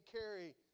carry